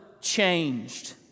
changed